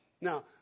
Now